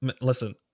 Listen